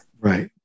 Right